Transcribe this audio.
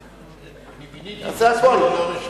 אני מיניתי את עצמי ללא רשות.